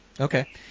Okay